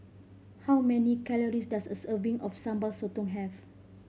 how many calories does a serving of Sambal Sotong have